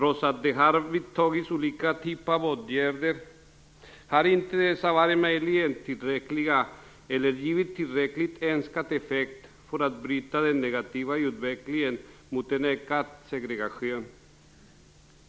Olika typer av åtgärder har vidtagits, men de har inte varit tillräckliga eller givit önskad effekt för att bryta den negativa utvecklingen mot ökad segregation.